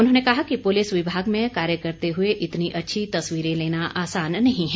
उन्होंने कहा कि पुलिस विभाग में कार्य करते हुए इतनी अच्छी तस्वरें लेना आसान नही है